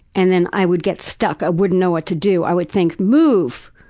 and then i would get stuck, i wouldn't know what to do. i would think, move!